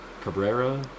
Cabrera